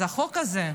אז החוק הזה,